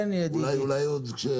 כן, ידידי.